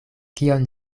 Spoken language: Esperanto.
kion